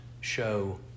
show